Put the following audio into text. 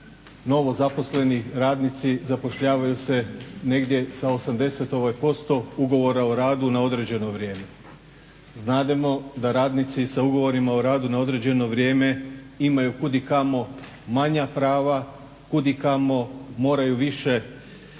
novozaposleni radnici zapošljavaju se negdje sa 80% ugovora o radu na određeno vrijeme. Znademo da radnici sa ugovorima o radu na određeno vrijeme imaju kudikamo manja prava, kudikamo moraju više na neki